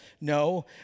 No